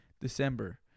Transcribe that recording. December